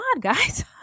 guys